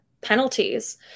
penalties